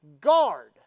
Guard